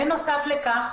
בנוסף לכך,